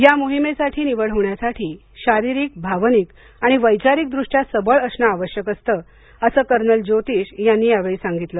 या मोहिमेसाठी निवड होण्यासाठी शारीरिक भावनिक आणि वैचारिकदृष्ट्या सबळ असणं आवश्यक असतं असं कर्नल ज्योतीश यांनी यावेळी सांगितलं